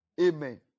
amen